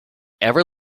ever